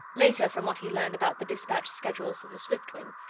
later, from what he learned about the dispatch schedules of the swiftwing,